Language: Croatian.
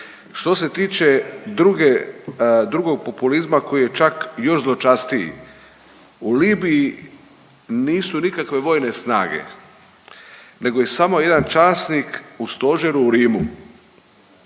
Što se tiče drugog populizma koji je čak još zločestiji, u Libiji nisu nikakve vojne snage nego je samo jedan časnik u stožeru u Rimu,